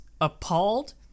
appalled